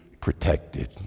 protected